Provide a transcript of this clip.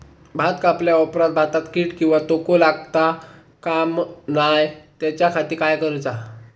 भात कापल्या ऑप्रात भाताक कीड किंवा तोको लगता काम नाय त्याच्या खाती काय करुचा?